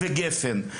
והגפ"ן.